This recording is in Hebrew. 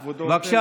יודע,